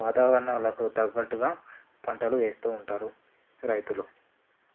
వాతావరణాలకు తగ్గట్టుగా పంటలు వేస్తూ ఉంటారు రైతులు